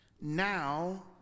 Now